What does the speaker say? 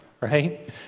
right